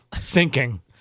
sinking